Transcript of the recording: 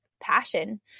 passion